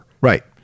Right